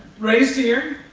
raised here.